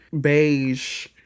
beige